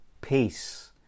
peace